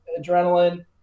adrenaline